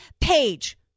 Page